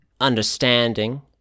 understanding